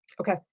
Okay